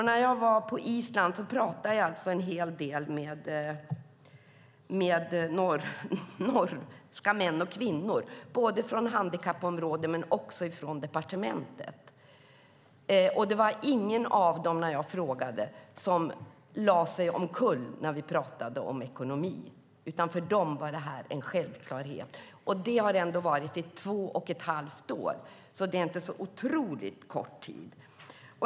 När jag var på Island talade jag en hel del med norska män och kvinnor, både från handikappområdet och från departementet. Det var ingen av dem som så att säga gick omkull när vi talade om ekonomi, utan för dem var detta en självklarhet. Lagen har ändå funnits i två och ett halvt år, vilket inte är så otroligt kort tid.